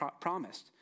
promised